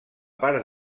part